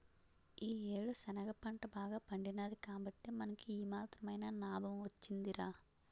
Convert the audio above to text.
ఈ యేడు శనగ పంట బాగా పండినాది కాబట్టే మనకి ఈ మాత్రమైన నాబం వొచ్చిందిరా